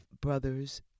brother's